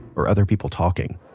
or other people talking